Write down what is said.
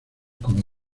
como